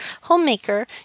homemaker